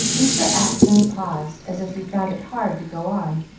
mr. acton paused, as if he found it hard to go on,